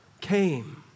came